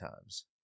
times